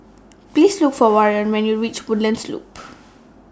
Please Look For Warren when YOU REACH Woodlands Loop